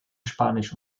spanisch